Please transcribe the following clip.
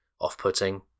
off-putting